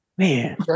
Man